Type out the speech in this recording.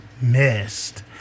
missed